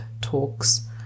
talks